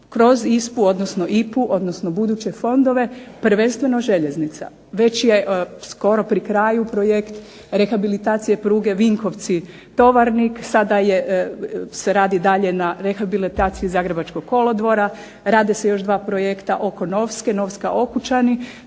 kroz ISPA-u odnosno IPA-u odnosno buduće fondove prvenstveno željeznica. Već je skoro pri kraju projekt rehabilitacije pruge Vinkovci-Tovarnik. Sada se radi dalje na rehabilitaciji zagrebačkog kolodvora, rade se još dva projekta oko Novske, Novska-Okučani.